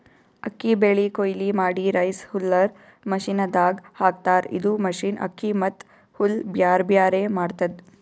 ಅಕ್ಕಿ ಬೆಳಿ ಕೊಯ್ಲಿ ಮಾಡಿ ರೈಸ್ ಹುಲ್ಲರ್ ಮಷಿನದಾಗ್ ಹಾಕ್ತಾರ್ ಇದು ಮಷಿನ್ ಅಕ್ಕಿ ಮತ್ತ್ ಹುಲ್ಲ್ ಬ್ಯಾರ್ಬ್ಯಾರೆ ಮಾಡ್ತದ್